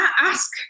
ask